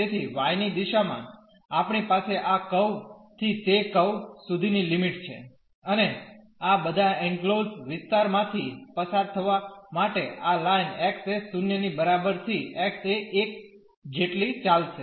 તેથી y ની દિશામાં આપણી પાસે આ કર્વ થી તે કર્વ સુધીની લિમિટ છે અને આ બધા એનક્લોઝડ વિસ્તારમાંથી પસાર થવા માટે આ લાઇન x એ 0 ની બરાબર થી x એ 1 જેટલી ચાલશે